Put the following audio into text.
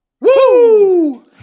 Woo